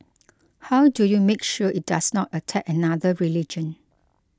how do you make sure it does not attack another religion